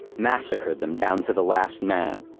massacred them, down to the last man.